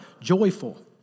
joyful